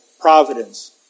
Providence